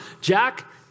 Jack